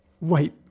Wait